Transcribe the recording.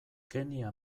kenya